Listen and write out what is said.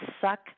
suck